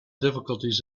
difficulties